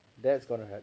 that's good mah